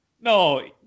No